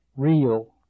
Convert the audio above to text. real